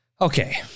Okay